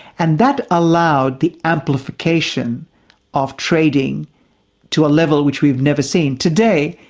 and that allowed the amplification of trading to a level which we've never seen. today,